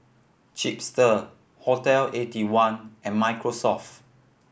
Chipster Hotel Eighty one and Microsoft